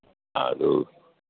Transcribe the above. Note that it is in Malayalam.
അത്